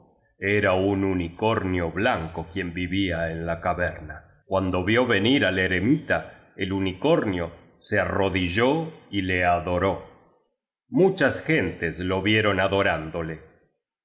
era un unicornio blanco quien vivía en la caverna cuando vió venir al eremita el unicornio se arro dilló y le adoró muchas gentes lo vieron adorándole